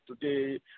today